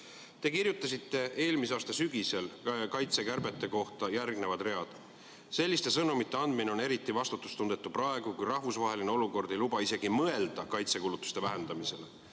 Te kirjutasite eelmise aasta sügisel kaitsekärbete kohta järgnevad read: "Selliste sõnumite andmine on eriti vastutustundetu praegu, kui rahvusvaheline olukord ei luba isegi mõelda kaitsekulutuste vähendamisele.